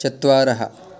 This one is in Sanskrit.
चत्वारः